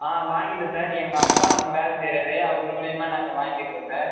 ஆ வாங்கிவிட்டோம் சார் எங்கள் அப்பா அங்கே வேலை செய்கிறாரு அவர் மூலிமா நாங்கள் வாங்கியிருக்கோம் சார்